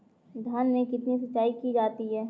धान में कितनी सिंचाई की जाती है?